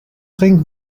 ring